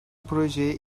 projeye